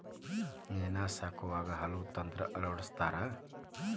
ಮೇನಾ ಸಾಕುವಾಗ ಹಲವು ತಂತ್ರಾ ಅಳವಡಸ್ಕೊತಾರ